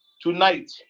Tonight